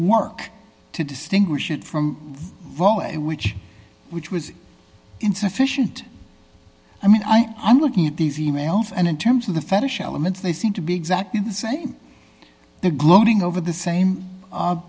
work to distinguish it from voice which which was insufficient i mean i i'm looking at these e mails and in terms of the fetish elements they seem to be exactly the same the gloating over the same